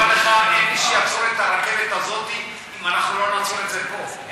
אין מי שיעצור את הרכבת הזאת אם אנחנו לא נעצור את זה פה.